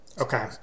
Okay